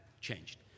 changed